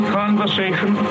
conversation